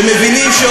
כשמבינים,